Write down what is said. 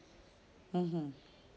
mmhmm